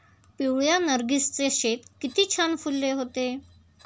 पिवळ्या नर्गिसचे शेत किती छान फुलले होते